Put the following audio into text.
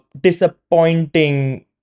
disappointing